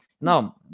Now